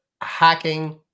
hacking